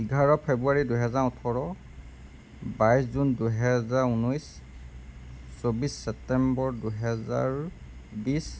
এঘাৰ ফেব্ৰুৱাৰী দুহেজাৰ ওঠৰ বাইছ জুন দুহেজাৰ ঊনৈছ চৌব্বিছ চেটেমবৰ দুহেজাৰ বিশ